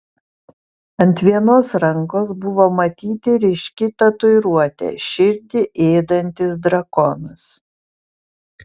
ant vienos rankos buvo matyti ryški tatuiruotė širdį ėdantis drakonas